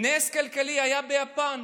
היה נס כלכלי ביפן.